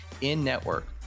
in-network